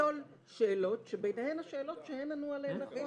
לפסול שאלות שביניהן השאלות שהם ענו עליהן נכון.